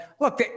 look